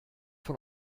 von